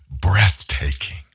breathtaking